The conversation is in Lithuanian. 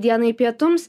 dienai pietums